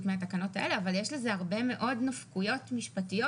מהתקנות האלה אבל יש לזה הרבה מאוד נפקויות משפטיות